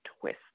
twist